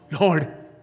Lord